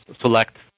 select